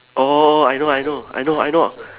oh I know I know I know I know